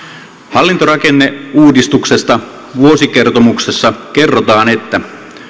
hallintorakenneuudistuksesta vuosikertomuksessa kerrotaan että